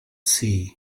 sea